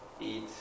eat